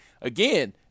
again